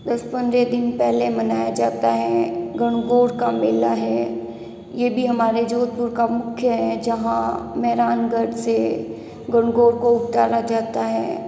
दस पन्द्रह दिन पहले मनाए जाता है गंगोर का मेला है ये भी हमारे जोधपुर का मुख्य है जहाँ मेहरानगढ़ से गंगोर को जाता है